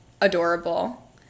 adorable